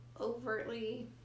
overtly